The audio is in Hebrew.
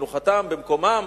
מנוחתם במקומם,